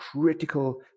critical